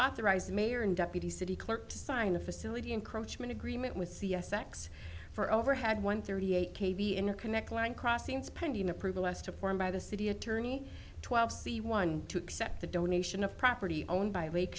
authorize the mayor and deputy city clerk to sign a facility encroachment agreement with c s x for overhead one thirty eight k v interconnect land crossings pending approval less to form by the city attorney twelve c one to accept the donation of property owned by lake